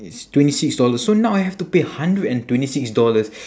it's twenty six dollars so now I have to pay hundred and twenty six dollars